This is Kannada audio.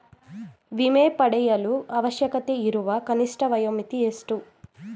ವಿಮೆ ಪಡೆಯಲು ಅವಶ್ಯಕತೆಯಿರುವ ಕನಿಷ್ಠ ವಯೋಮಿತಿ ಎಷ್ಟು?